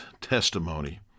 testimony